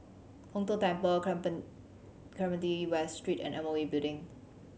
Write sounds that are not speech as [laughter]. Hong Tho Temple [unintelligible] Clementi West Street and M O E Building